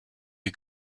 des